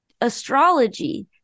astrology